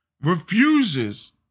refuses